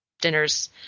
dinners